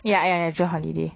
ya ya ya june holiday